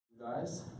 Guys